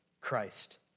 Christ